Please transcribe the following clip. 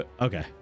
Okay